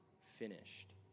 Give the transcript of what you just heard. finished